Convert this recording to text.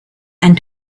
and